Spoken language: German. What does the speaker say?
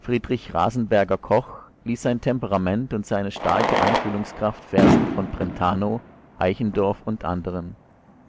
friedrich rasenberger-koch lieh sein temperament und seine starke einfühlungskraft versen von brentano eichendorff u a